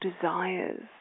desires